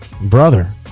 brother